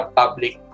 public